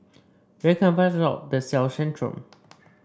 where can I find a shop that sells Centrum